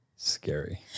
Scary